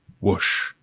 whoosh